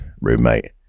roommate